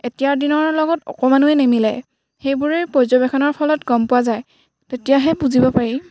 এতিয়াৰ দিনৰ লগত অকণমানোৱেই নিমিলে সেইবোৰেই পৰ্যবেক্ষণৰ ফলত গম পোৱা যায় তেতিয়াহে বুজিব পাৰি